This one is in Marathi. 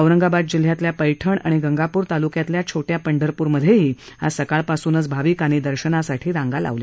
औरंगाबाद जिल्ह्यातल्या पैठण आणि गंगापूर तालुक्यातल्या छोट्या पंढरपूरमध्येही आज सकाळपासूनच भाविकांनी दर्शनासाठी रांगा लावल्या